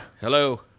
Hello